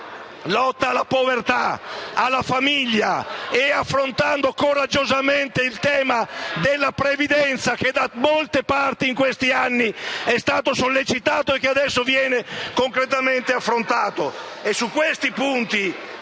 lotta alla povertà e sul sostegno alla famiglia, affrontando coraggiosamente il tema della previdenza, che da molte parti in questi anni è stato sollecitato e che adesso viene concretamente affrontato. Su questi punti,